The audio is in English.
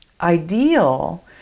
ideal